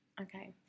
Okay